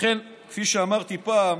לכן, כפי שאמרתי פעם,